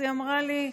אז היא אמרה לי: